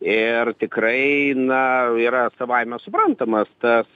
ir tikrai na yra savaime suprantamas tas